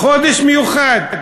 חודש מיוחד.